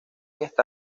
está